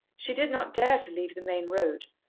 she did not dare to leave the main road,